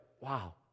wow